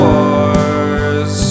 Wars